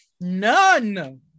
none